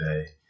today